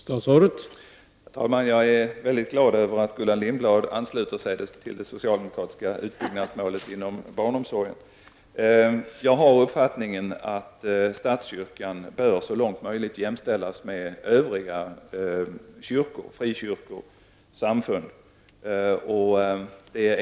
Herr talman! Jag är väldigt glad över att Gullan Lindblad ansluter sig till det socialdemokratiska utbyggnadsmålet inom barnomsorgen. Jag har uppfattningen att statskyrkan så långt det är möjligt bör jämställas med frikyrkosamfunden.